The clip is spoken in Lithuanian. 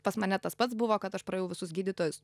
pas mane tas pats buvo kad aš praėjau visus gydytojus